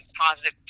positive